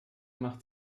machte